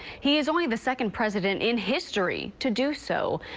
he is only the second president in history to do so.